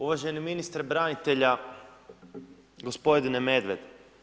Uvaženi ministre branitelja, gospodine Medved.